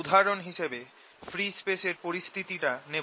উদাহরণ হিসেবে free space এর পরিস্থিতি টা নেব